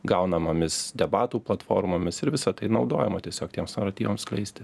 gaunamomis debatų platformomis ir visa tai naudojama tiesiog tiems naratyvams skleisti